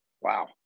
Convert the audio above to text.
wow